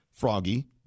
Froggy